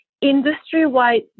industry-wide